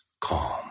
calm